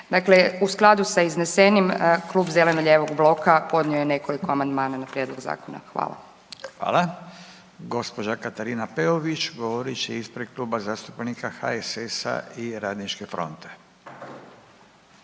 Dakle, u skladu sa iznesenim, Klub zeleno-lijevog bloka podnio je nekoliko amandmana na prijedlog zakona. Hvala. **Radin, Furio (Nezavisni)** Hvala. Gđa. Katarina Peović govorit će ispred Kluba zastupnika HSS-a i Radničke fronte.